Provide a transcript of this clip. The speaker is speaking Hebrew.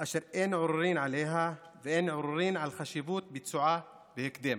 אשר אין עוררין עליה ואין עוררין על חשיבות ביצועה בהקדם.